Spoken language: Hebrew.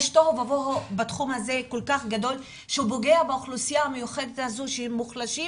יש תוהו ובוהו כל כך גדול בתחום הזה שפוגע באוכלוסייה הזאת של המוחלשים